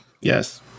yes